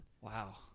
Wow